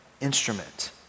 instrument